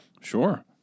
Sure